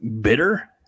bitter